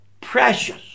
precious